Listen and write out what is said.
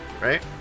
right